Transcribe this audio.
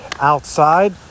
outside